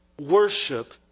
worship